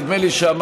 נדמה לי שאמרתי,